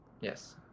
Yes